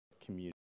community